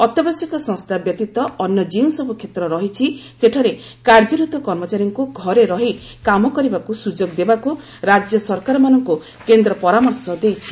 ଅତ୍ୟାବଶ୍ୟକ ସଂସ୍ଥା ବ୍ୟତୀତ ଅନ୍ୟ ଯେଉଁସବୁ କ୍ଷେତ୍ର ରହିଛି ସେଠାରେ କାର୍ଯ୍ୟରତ କର୍ମଚାରୀଙ୍କୁ ଘରେ ରହି କାମ କରିବାକୁ ସୁଯୋଗ ଦେବାକୁ ରାଜ୍ୟ ସରକାରମାନଙ୍କୁ କେନ୍ଦ୍ର ପରାମର୍ଶ ଦେଇଛି